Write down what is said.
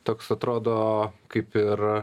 toks atrodo kaip ir